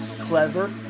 clever